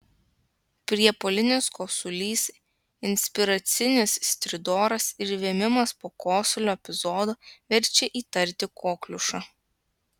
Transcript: priepuolinis kosulys inspiracinis stridoras ir vėmimas po kosulio epizodo verčia įtarti kokliušą